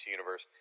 Universe